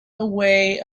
away